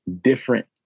different